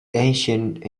ancient